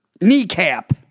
kneecap